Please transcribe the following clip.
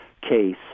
case